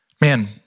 man